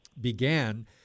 began